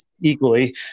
equally